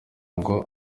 ngo